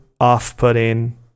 off-putting